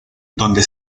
donde